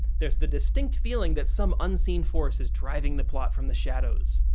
there's the distinct feeling that some unseen force is driving the plot from the shadows.